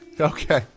Okay